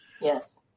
Yes